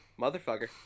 motherfucker